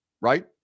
right